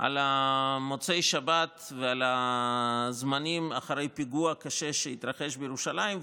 על מוצאי שבת ועל הזמנים אחרי פיגוע קשה שהתרחש בירושלים,